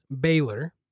Baylor